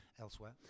elsewhere